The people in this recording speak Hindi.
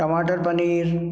टमाटर पनीर